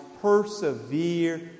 persevere